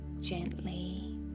gently